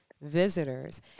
visitors